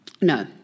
no